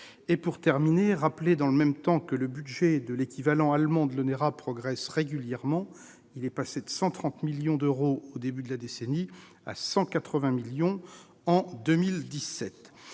Rappelons que, dans le même temps, le budget de l'équivalent allemand de l'Onera progresse régulièrement. Il est passé de 130 millions d'euros au début de la décennie à 180 millions d'euros